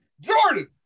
Jordan